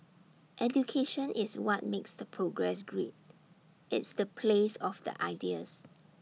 education is what makes the progress great it's the place of the ideas